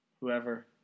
whoever